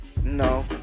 No